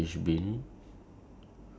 mine says to the beach